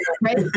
right